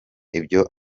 ibyo